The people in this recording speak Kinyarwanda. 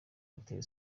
hoteli